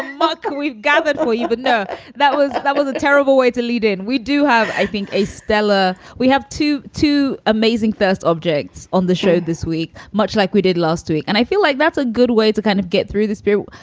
um ah we've gathered for you know that was that was a terrible way to lead it and we do have, i think, a stellar we have two two amazing first objects on the show this week, much like we did last week. and i feel like that's a good way to kind of get through the spirit.